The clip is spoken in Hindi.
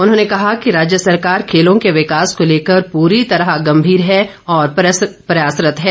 उन्होंने कहा कि राज्य सरकार खेलों के विकास को लेकर पूरी तरह से गंभीर और प्रयासरत्त है